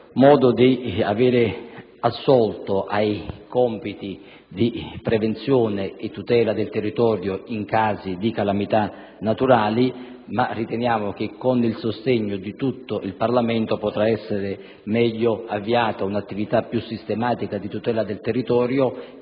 signor Presidente, ai compiti di prevenzione e tutela del territorio in casi di calamità naturali. Riteniamo tuttavia che con il sostegno di tutto il Parlamento potrà essere meglio avviata un'attività più sistematica di tutela del territorio,